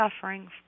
suffering